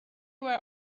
were